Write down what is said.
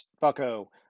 Bucko